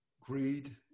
greed